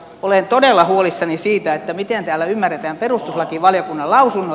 olen todella huolissani siitä miten täällä ymmärretään perustuslakivaliokunnan lausunnot